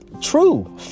True